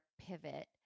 pivot